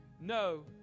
no